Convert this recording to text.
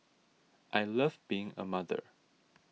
I love being a mother